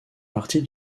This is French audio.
partie